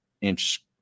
inch